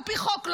על פי חוק,